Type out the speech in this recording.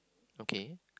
okay